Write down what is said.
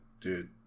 dude